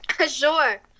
Sure